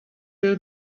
will